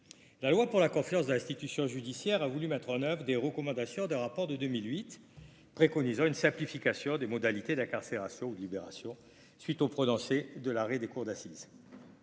la loi pour la confiance de l'institution judiciaire a voulu mettre en oeuvre des recommandations d'un rapport de 2008, préconisant une simplification des modalités d'incarcération libération suite au prononcé de l'arrêt des cours d'assises.